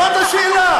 זאת השאלה.